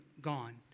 gone